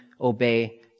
obey